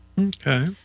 okay